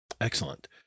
Excellent